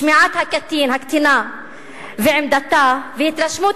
שמיעת הקטין או הקטינה ועמדתה והתרשמות